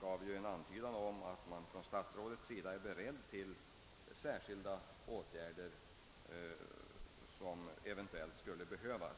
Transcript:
gav en antydan om att statsrådet ändå är beredd att vidtaga de särskilda åtgärder som kan behövas.